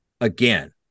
again